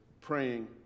praying